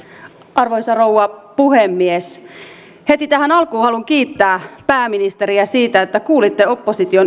arvoisa rouva puhemies heti tähän alkuun haluan kiittää pääministeriä siitä että kuulitte opposition